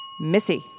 Missy